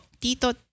Tito